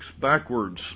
backwards